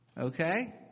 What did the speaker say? Okay